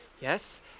yes